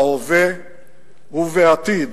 בהווה ובעתיד,